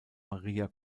maria